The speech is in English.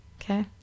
Okay